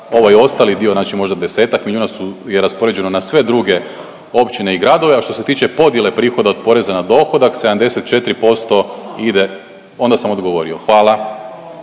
Ovaj ostali dio znači možda 10-ak miliona je raspoređeno na sve druge općine i gradove, a što se tiče podjele prihoda od poreza na dohodak, 74% ide, onda sam odgovorio. Hvala.